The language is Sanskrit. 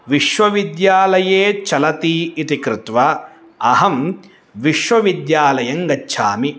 विश्वविद्यालये चलति इति कृत्वा अहं विश्वविद्यालयं गच्छामि